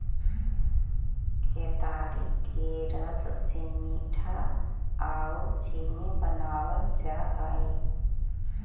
केतारी के रस से मीठा आउ चीनी बनाबल जा हई